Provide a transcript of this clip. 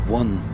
one